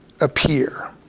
appear